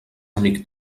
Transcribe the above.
amic